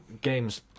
games